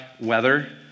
weather